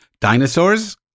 dinosaurs